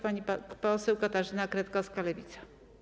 Pani poseł Katarzyna Kretkowska, Lewica.